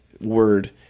word